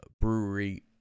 brewery